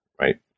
right